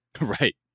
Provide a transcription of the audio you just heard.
right